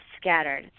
scattered